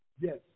yes